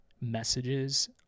messages